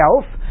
self